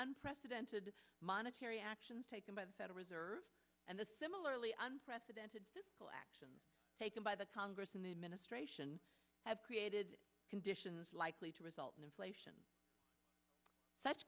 unprecedented monetary actions taken by the federal reserve and the similarly unprecedented actions taken by the congress and the administration have created conditions likely to result in inflation such